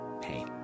Hey